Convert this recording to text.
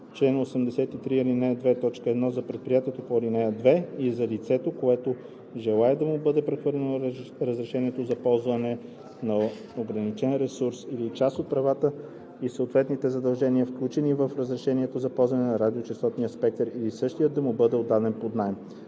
чл. 83, ал. 2, т. 1 – за предприятието по ал. 2 и за лицето, което желае да му бъде прехвърлено разрешението за ползване на ограничен ресурс или част от правата и съответните задължения, включени в разрешение за ползване на радиочестотен спектър, или същият да му бъде отдаден под наем;